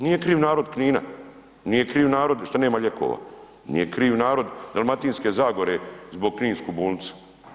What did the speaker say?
Nije kriv narod Kina, nije kriv narod što nema lijekova, nije kriv narod Dalmatinske zagore zbog Kninske bolnice.